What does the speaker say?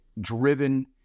driven